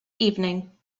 evening